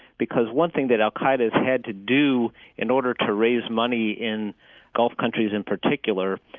because one thing that al-qaida's had to do in order to raise money in gulf countries in particular,